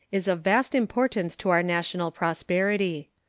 is of vast importance to our national prosperity.